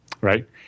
Right